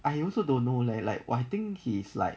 I also don't know leh like !wah! I think he is like